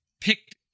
picked